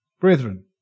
Brethren